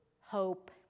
hope